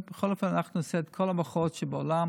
בכל אופן אנחנו נעשה את כל המחאות שבעולם.